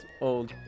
old